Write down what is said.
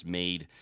made